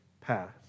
path